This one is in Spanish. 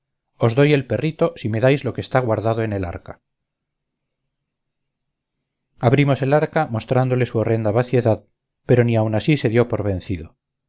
os doy el perrito si me dais lo que está guardado en el arca abrimos el arca mostrándole su horrenda vaciedad pero ni aun así se dio por vencido